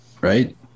right